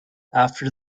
after